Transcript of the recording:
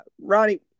Ronnie